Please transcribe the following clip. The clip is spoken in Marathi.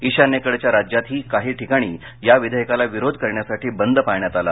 ईशान्येकडच्या राज्यातही काही ठिकाणी या विधेयकाला विरोध करण्यासाठी बंद पाळण्यात आला